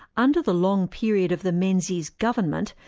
under the long period of the menzies government,